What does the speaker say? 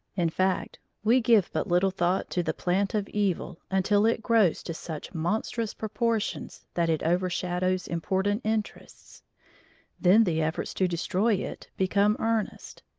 in fact, we give but little thought to the plant of evil until it grows to such monstrous proportions that it overshadows important interests then the efforts to destroy it become earnest.